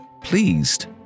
pleased